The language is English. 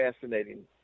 fascinating